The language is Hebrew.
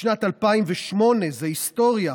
בשנת 2008, זאת היסטוריה,